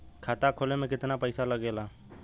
खाता खोले में कितना पईसा लगेला?